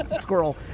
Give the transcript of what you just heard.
squirrel